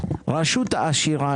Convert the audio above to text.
רשות עשירה,